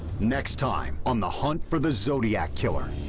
next time on the hunt for the zodiac killer.